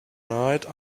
night